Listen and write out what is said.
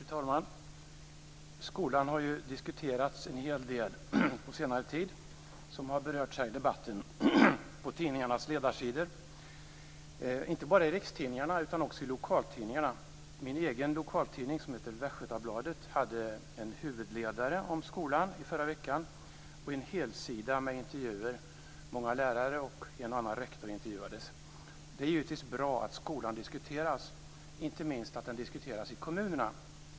Fru talman! Skolan har diskuterats en hel del på senare tid på tidningarnas ledarsidor - inte bara i rikstidningarna utan också i lokaltidningarna, vilket berörts här i debatten. Min egen lokaltidning, Västgötabladet, hade en huvudledare om skolan i förra veckan och en helsida med intervjuer. Många lärare och en och annan rektor intervjuades. Det är givetvis bra att skolan diskuteras inte minst i kommunerna.